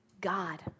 God